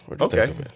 Okay